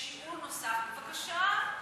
"שיעול נוסף, בבקשה.